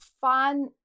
fun